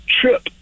trip